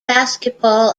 basketball